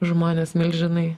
žmonės milžinai